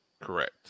Correct